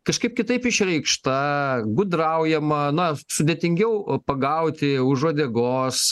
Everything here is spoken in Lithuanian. kažkaip kitaip išreikšta gudraujama na sudėtingiau pagauti už uodegos